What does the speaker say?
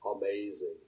amazing